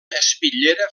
espitllera